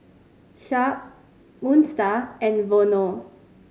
Sharp Moon Star and Vono